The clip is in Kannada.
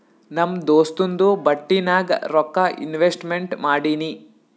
ನಮ್ ದೋಸ್ತುಂದು ಬಟ್ಟಿ ನಾಗ್ ರೊಕ್ಕಾ ಇನ್ವೆಸ್ಟ್ಮೆಂಟ್ ಮಾಡಿನಿ